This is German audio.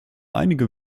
einige